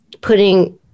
putting